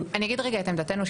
אני אגיד את עמדתנו,